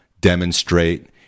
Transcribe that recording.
demonstrate